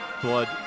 blood